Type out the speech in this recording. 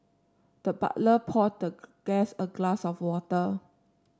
the butler poured the guest a glass of water